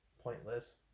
pointless